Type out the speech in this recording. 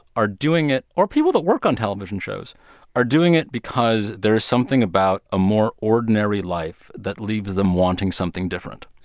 are doing it or people that work on television shows are doing it because there is something about a more ordinary life that leaves them wanting something different.